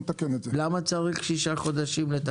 למה צריך שישה חודשים כדי לתקן את זה?